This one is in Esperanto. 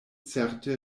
certe